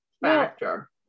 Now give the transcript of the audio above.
factor